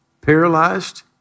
Paralyzed